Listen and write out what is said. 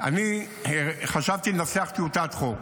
אני חשבתי לנסח טיוטת חוק,